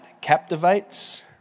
captivates